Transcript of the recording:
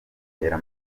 bitera